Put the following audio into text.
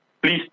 Please